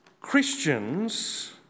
Christians